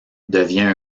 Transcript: devient